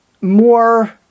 more